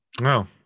No